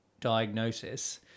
diagnosis